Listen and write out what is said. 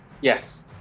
Yes